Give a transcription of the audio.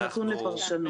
זה נתון לפרשנות.